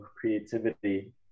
creativity